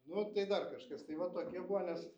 nu tai dar kažkas tai vat tokie buvo nes